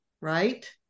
right